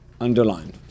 Underlined